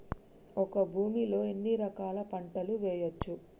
ఒక భూమి లో ఎన్ని రకాల పంటలు వేయచ్చు?